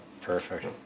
perfect